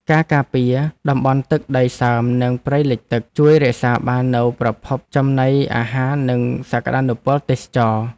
ការការពារតំបន់ទឹកដីសើមនិងព្រៃលិចទឹក ជួយរក្សាបាននូវប្រភពចំណីអាហារនិងសក្តានុពលទេសចរណ៍។